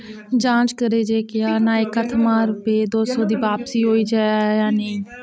जांच करो जे क्या नायका थमां रुपेऽ दो सौ दी बापसी होई जाए जां नेईं